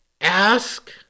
Ask